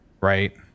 right